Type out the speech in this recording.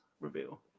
reveal